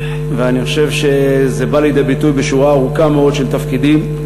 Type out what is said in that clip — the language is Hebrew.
ואני חושב שזה בא לידי ביטוי בשורה ארוכה מאוד של תפקידים.